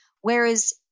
Whereas